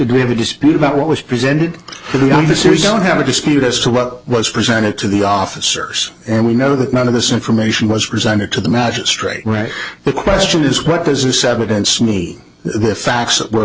we have a dispute about what was presented to the officers don't have a dispute as to what was presented to the officers and we know that none of this information was presented to the magistrate right the question is what does this evidence need the facts were